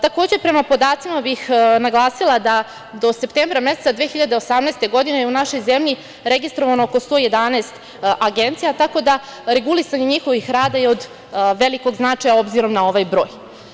Takođe, prema podacima bih naglasila da do septembra meseca 2018. godine u našoj zemlji je registrovano oko 111 agencija, tako da regulisanje njihovog rada je od velikog značaja, obzirom na ovaj broj.